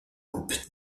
coupe